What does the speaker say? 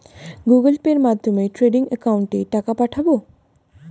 Google পের মাধ্যমে trading একাউন্টে টাকা পাঠাবো?